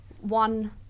one